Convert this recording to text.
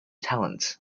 talent